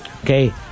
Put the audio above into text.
Okay